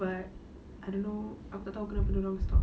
but I don't know aku tak tahu kenapa dia orang stop